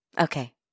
Okay